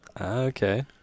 Okay